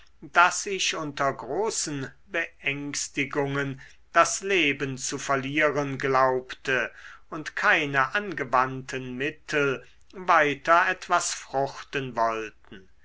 daß ich unter großen beängstigungen das leben zu verlieren glaubte und keine angewandten mittel weiter etwas fruchten wollten